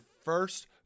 first